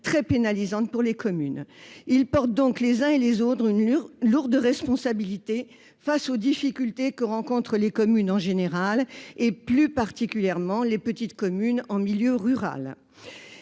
très pénalisante pour les communes. Ils portent donc, les uns et les autres, une lourde responsabilité au regard des difficultés que rencontrent les communes en général, et plus particulièrement les petites communes en milieu rural.